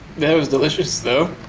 that was delicious though,